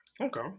Okay